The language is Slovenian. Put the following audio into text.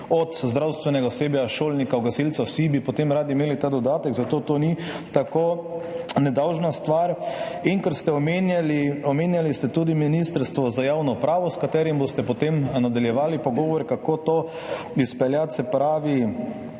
Od zdravstvenega osebja, šolnikov do gasilcev, vsi bi potem radi imeli ta dodatek, zato to ni tako nedolžna stvar. Omenjali ste tudi Ministrstvo za javno upravo, s katerim boste potem nadaljevali pogovor, kako to izpeljati, se pravi,